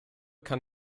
kann